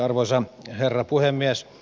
arvoisa herra puhemies